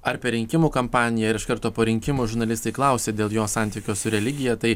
ar per rinkimų kampaniją ir iš karto po rinkimų žurnalistai klausė dėl jo santykio su religija tai